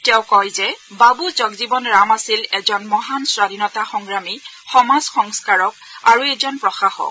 তেওঁ কয় যে বাবু জগজীৱন ৰাম আছিল এজন মহান স্বাধীনতা সংগ্ৰামী সমাজ সংস্থাৰক আৰু এজন প্ৰশাসক